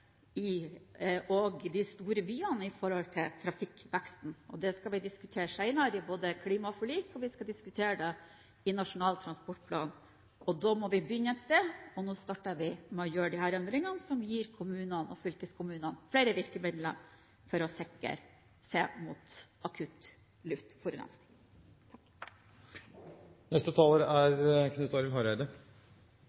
de store byene med tanke på trafikkveksten. Det skal vi diskutere senere i forbindelse med både klimaforlik og Nasjonal transportplan. Da må vi begynne et sted, og nå starter vi med å gjøre disse endringene, som gir kommunene og fylkeskommunene flere virkemidler for å sikre seg mot akutt luftforurensning.